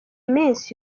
minsi